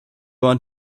want